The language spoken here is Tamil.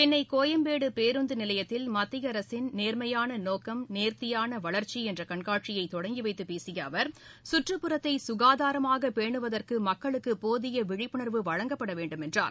சென்னை கோயம்பேடு பேருந்து நிலையத்தில் மத்திய அரசின் நேர்மையான நோக்கம் நேர்த்தியான வளர்ச்சி என்ற கண்காட்சியை தொடங்கிவைத்துப் பேசிய அவர் சுற்றுப்புறத்தை சுகாதாரமாக பேணுவதற்கு மக்களுக்கு போதிய விழிப்புணர்வு வழங்கப்பட வேண்டும் என்றார்